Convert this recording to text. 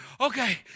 okay